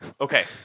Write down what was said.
Okay